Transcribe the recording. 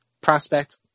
prospect